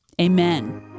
Amen